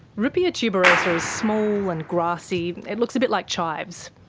ruppia tuberosa is small and grassy. it looks a bit like chives.